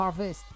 Harvest